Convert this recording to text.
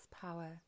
power